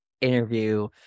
interview